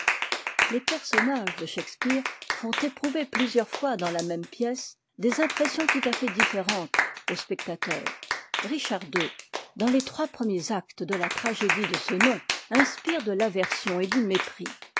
les personnages de shakspeare font éprouver plusieurs fois dans la même pièce des impressions tout à fait différentes aux spectateurs richard ii dans les trois premiers actes déjà tragédie de ce nom inspire de l'aversion et du mépris